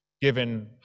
given